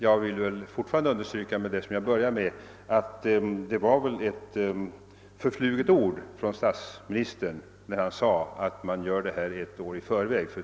Jag vill emellertid fortfarande understryka vad jag tidigare anfört, nämligen att det nog var ett förfluget ord från statsministern när han sade att man planerar ett år i förväg.